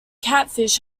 catfish